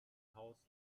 haus